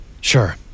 Sure